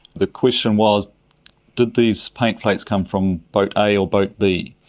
the question was did these paint flakes come from boat a or boat b?